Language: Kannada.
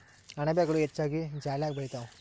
ಅಣಬೆಗಳು ಹೆಚ್ಚಾಗಿ ಜಾಲ್ಯಾಗ ಬೆಳಿತಾವ